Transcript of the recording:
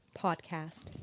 podcast